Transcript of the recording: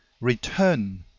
return